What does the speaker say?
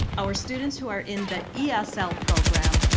our students who are in the esl program,